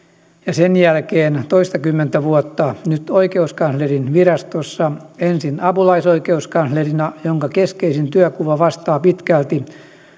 sen jälkeen toistakymmentä vuotta nyt oikeuskanslerinvirastossa ensin apulaisoikeuskanslerina jonka keskeisin työnkuva vastaa pitkälti